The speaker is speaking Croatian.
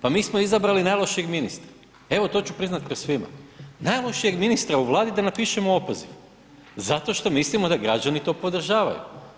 Pa mi smo izabrali najlošijeg ministra, evo to ću priznati pred svima, najlošijeg ministra u Vladi da napišemo opoziv, zato što mislimo da građani to podržavaju.